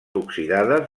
oxidades